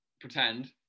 pretend